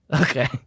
Okay